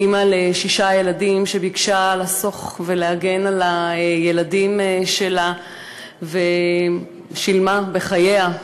אימא לשישה ילדים שביקשה לסוכך ולהגן על הילדים שלה ושילמה בחייה,